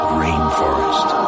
rainforest